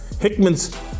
hickman's